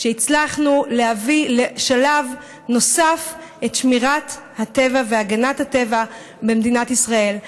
שהצלחנו להביא לשלב נוסף את שמירת הטבע והגנת הטבע במדינת ישראל.